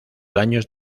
daños